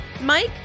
Mike